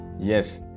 Yes